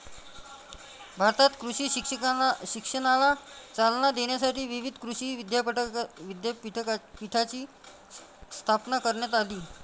भारतात कृषी शिक्षणाला चालना देण्यासाठी विविध कृषी विद्यापीठांची स्थापना करण्यात आली